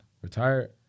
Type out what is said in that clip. Retired